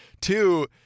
Two